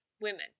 women